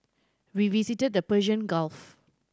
we visited the Persian Gulf